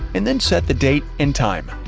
and then set the date and time.